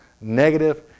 negative